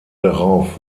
darauf